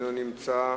איננו נמצא.